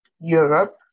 Europe